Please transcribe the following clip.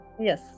Yes